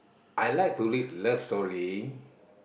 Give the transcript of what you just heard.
I like to read love story